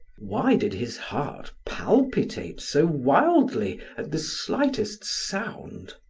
why did his heart palpitate so wildly at the slightest sound?